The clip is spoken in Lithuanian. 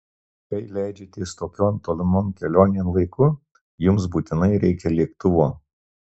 kai leidžiatės tokion tolimon kelionėn laiku jums būtinai reikia lėktuvo